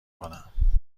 کنم